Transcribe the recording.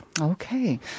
Okay